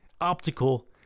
optical